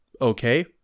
Okay